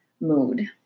mood